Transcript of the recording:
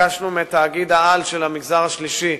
ביקשנו מתאגיד העל של המגזר השלישי,